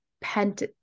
pent